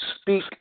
speak